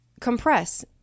compress